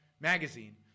magazine